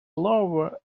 lower